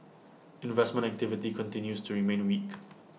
investment activity continues to remain weak